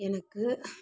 எனக்கு